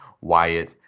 Wyatt